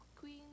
Queen